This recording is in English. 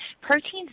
Protein's